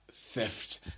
Theft